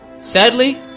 Sadly